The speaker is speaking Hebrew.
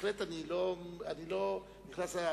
בהחלט לא נכנס להשוואה,